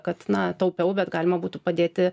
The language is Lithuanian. kad na taupiau bet galima būtų padėti